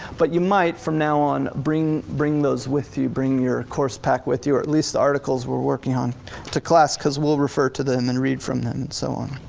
but you might from now on, bring bring those with you, bring your course pack with you, or at least articles we're working on to class cause we'll refer to them and read from them and so on.